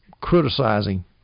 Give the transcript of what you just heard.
criticizing